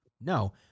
No